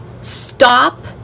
stop